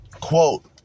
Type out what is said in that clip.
Quote